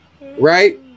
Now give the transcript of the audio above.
right